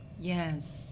Yes